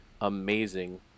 amazing